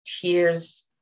tears